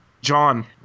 John